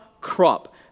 crop